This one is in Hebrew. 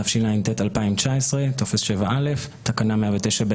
התשע"ט-2019 טופס 7א (תקנה 109ב)